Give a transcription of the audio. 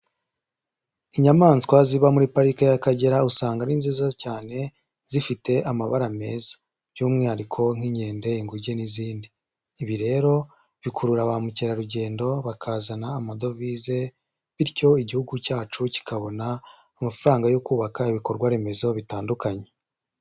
Inyamaswa ziba muri Pariki y'Akagera, usanga ari nziza cyane zifite amabara meza. By'umwihariko nk'inkende, inguge n'izindi. Ibi rero bikurura ba mukerarugendo bakazana amadovize, bityo Igihugu cyacu kikabona amafaranga yo kubaka ibikorwa remezo bitandukanye.